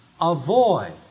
avoid